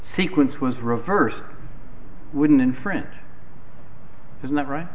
sequence was reversed wouldn't infringe isn't that right